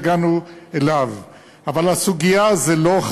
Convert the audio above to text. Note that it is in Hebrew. לחץ לו יד ותירץ זאת,